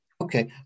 Okay